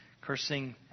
cursing